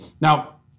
Now